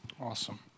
Awesome